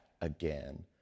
again